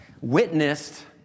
witnessed